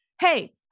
hey